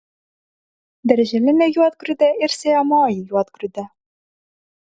darželinė juodgrūdė ir sėjamoji juodgrūdė